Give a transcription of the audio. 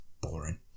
boring